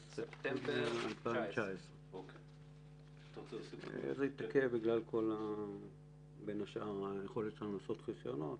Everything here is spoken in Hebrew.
ספטמבר 2019. זה התעכב בין השאר בגלל היכולת שלנו לעשות חסיונות.